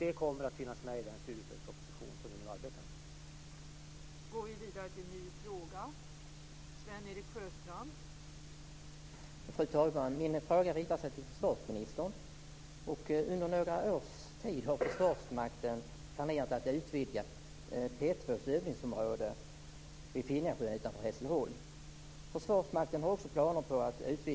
Det kommer att finnas med i den studiestödsproposition som vi nu arbetar med.